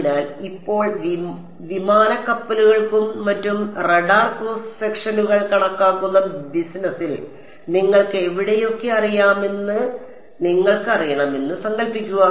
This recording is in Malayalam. അതിനാൽ ഇപ്പോൾ വിമാനക്കപ്പലുകൾക്കും മറ്റും റഡാർ ക്രോസ് സെക്ഷനുകൾ കണക്കാക്കുന്ന ബിസിനസ്സിൽ നിങ്ങൾക്ക് എവിടെയൊക്കെ അറിയാമെന്ന് നിങ്ങൾക്ക് അറിയാമെന്ന് സങ്കൽപ്പിക്കുക